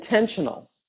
intentional